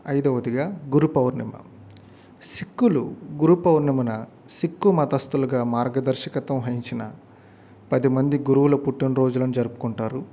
ఐదోవదిగా గురుపౌర్ణమి సిక్కులు గురుపౌర్ణమున సిక్కు మతస్థులుగా మార్గదర్శకత్వం వహించిన పదిమంది గురువుల పుట్టినరోజును జరుపుకుంటారు